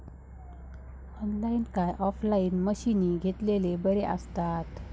Online काय offline मशीनी घेतलेले बरे आसतात?